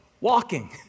walking